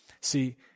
See